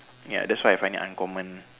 ya that's why I have any uncommon